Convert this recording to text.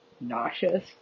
nauseous